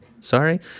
Sorry